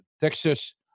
Texas